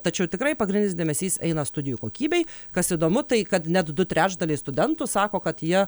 tačiau tikrai pagrindinis dėmesys eina studijų kokybei kas įdomu tai kad net du trečdaliai studentų sako kad jie